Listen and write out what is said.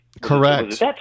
Correct